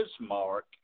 mark